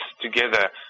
together